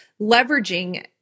leveraging